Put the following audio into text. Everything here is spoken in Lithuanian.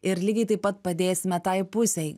ir lygiai taip pat padėsime tai pusei